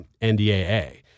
NDAA